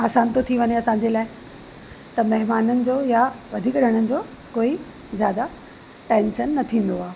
असान थो थी वञे असांजे लाइ त महिमाननि जो या वधीक ॼणनि जो कोई जादा टेंशन न थींदो आहे